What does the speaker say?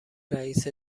رئیست